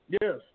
Yes